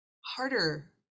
harder